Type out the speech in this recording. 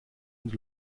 und